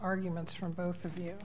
arguments from both of you